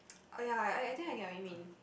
oh ya I I think I get what you mean